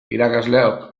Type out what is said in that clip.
irakasleok